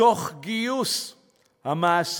תוך גיוס המעסיקים,